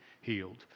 healed